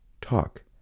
Talk